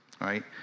right